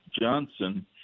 Johnson